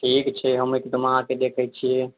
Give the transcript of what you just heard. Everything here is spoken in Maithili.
ठीक छै हम एक दिन आके देखैत छियै